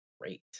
Great